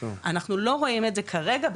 אנחנו לא רואים את זה כרגע,